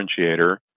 differentiator